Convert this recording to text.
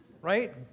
Right